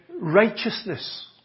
righteousness